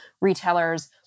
retailers